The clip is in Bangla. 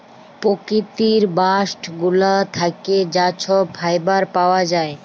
পকিতির বাস্ট গুলা থ্যাকে যা ছব ফাইবার পাউয়া যায়